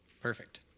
Perfect